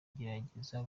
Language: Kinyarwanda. gerageza